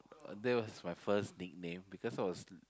that was my first nickname because I was